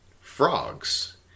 frogs